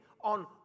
on